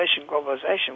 globalization